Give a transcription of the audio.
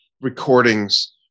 recordings